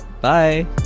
bye